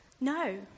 No